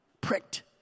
Pricked